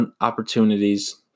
opportunities